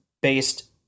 based